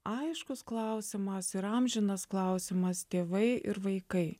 aiškus klausimas ir amžinas klausimas tėvai ir vaikai